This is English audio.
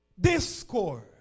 discord